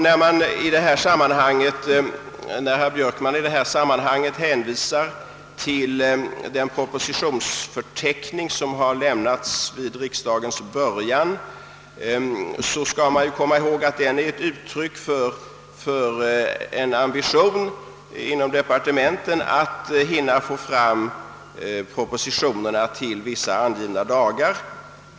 När herr Björkman i sammanhanget hänvisade till den propositionsförteckning som lämnats vid riksdagens början, skall man komma ihåg att den är ett uttryck för en ambition inom departementen att hinna framlägga propositionerna vissa angivna dagar.